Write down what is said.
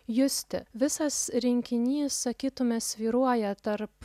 justi visas rinkinys sakytume svyruoja tarp